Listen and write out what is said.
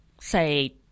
say